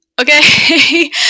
Okay